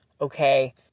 okay